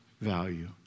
value